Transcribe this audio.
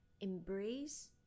embrace